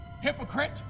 Hypocrite